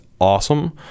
awesome